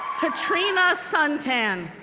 catrina sun-tan,